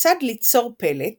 כיצד ליצור פלט